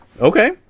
Okay